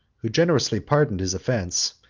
who generously pardoned his offence,